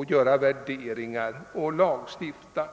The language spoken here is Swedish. att göra värderingar och att lagstifta.